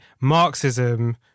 marxism